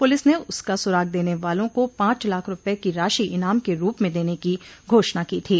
police ने उसका सुराग देने वालों को पांच लाख रूपये की राशि इनाम के रूप में देने की घोषणा की थी